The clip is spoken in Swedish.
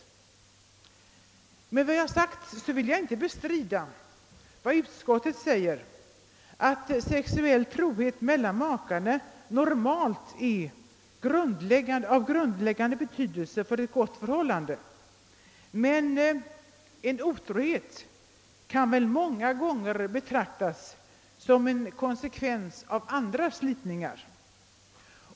Därmed vill jag inte bestrida vad utskottet säger om att sexuell trohet mel lan makarna normalt är av grundläggande betydelse för ett gott förhållande, men en otrohet kan väl många gånger betraktas som en konsekvens av andra slitningar.